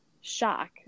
shock